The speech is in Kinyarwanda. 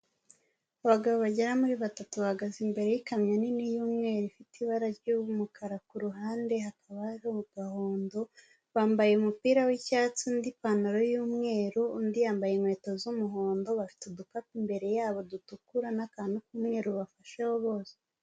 Abagabo bagera muri batatu bahagaze imbere y'ikamyo nini yumweru ifite ibara ry'umukara ku ruhande, hakaba hariho agahondo, bambaye umupira w'icyatsi undi ipantaro y'umweru, undi yambaye inkweto z'umuhondo, bafite udukapu imbere yabo dutukura n'akantu k'ubafasheho bose.